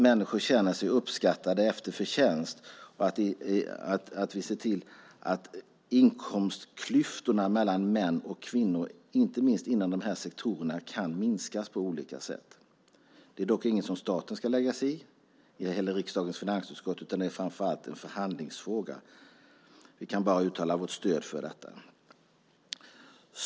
Människor ska känna sig uppskattade efter förtjänst. Vi ska se till att inkomstklyftorna mellan män och kvinnor, inte minst inom dessa sektorer, kan minskas på olika sätt. Det är dock inget som staten ska lägga sig i, ej heller riksdagens finansutskott, utan det är framför allt en förhandlingsfråga. Vi kan bara uttala vårt stöd för detta.